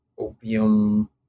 opium